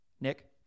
Nick